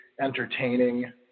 entertaining